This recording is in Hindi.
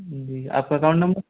जी आपका अकाउंट नंबर